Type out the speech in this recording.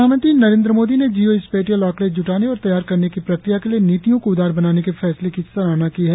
प्रधानमंत्री नरेन्द्र मोदी ने geospatial आंकड़े जुटाने और तैयार करने की प्रक्रिया के लिए नीतियों को उदार बनाने के फैसले की सराहना की है